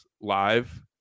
Live